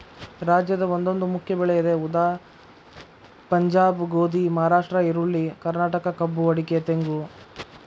ರಾಜ್ಯದ ಒಂದೊಂದು ಮುಖ್ಯ ಬೆಳೆ ಇದೆ ಉದಾ ಪಂಜಾಬ್ ಗೋಧಿ, ಮಹಾರಾಷ್ಟ್ರ ಈರುಳ್ಳಿ, ಕರ್ನಾಟಕ ಕಬ್ಬು ಅಡಿಕೆ ತೆಂಗು